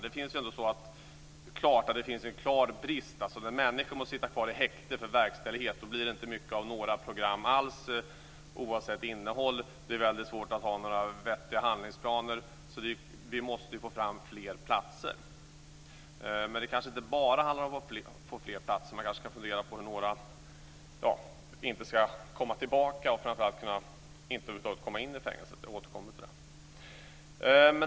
Det finns en klar brist. När människor måste sitta kvar i häkte för verkställighet blir det inte mycket av några program alls oavsett innehåll. Det blir mycket svårt att ha några vettiga handlingsplaner. Vi måste få fram fler platser. Men det kanske inte bara handlar om att få fler platser. Man kanske ska fundera på hur människor inte ska komma tillbaka eller över huvud taget inte hamna i fängelse. Jag återkomma till det.